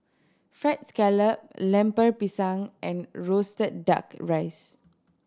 Fried Scallop Lemper Pisang and roasted Duck Rice